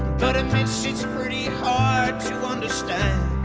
but admits it's pretty hard to understand